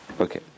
Okay